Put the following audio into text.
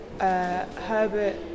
Herbert